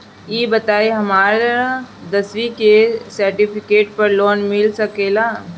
ई बताई हमरा दसवीं के सेर्टफिकेट पर लोन मिल सकेला?